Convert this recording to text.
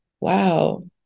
wow